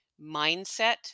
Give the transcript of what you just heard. mindset